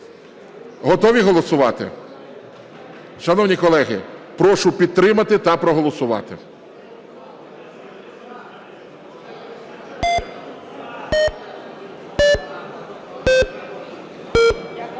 Готові голосувати? Шановні колеги, прошу підтримати та проголосувати.